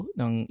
ng